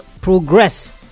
progress